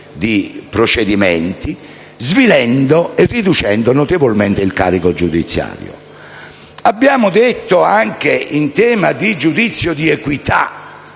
di procedimenti riducendo notevolmente il carico giudiziario. Abbiamo detto anche in tema di giudizio di equità